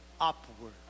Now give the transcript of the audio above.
upward